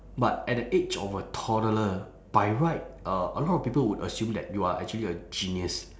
but at the age of a toddler by right uh a lot of people would assume that you are actually a genius